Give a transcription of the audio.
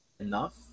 Enough